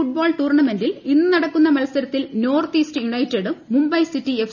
football ടൂർണമെന്റിൽ ഇന്നു നടക്കുന്ന മത്സരത്തിൽ നോർത്ത് ഈസ്റ്റ് യുണൈറ്റഡും മുംബൈ സിറ്റി എഫ്